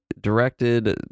directed